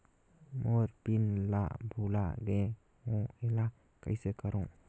मोर PIN ला भुला गे हो एला कइसे करो?